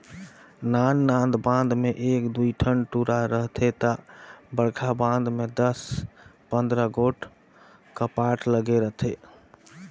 नान नान बांध में एक दुई ठन दुरा रहथे ता बड़खा बांध में दस पंदरा गोट कपाट लगे रथे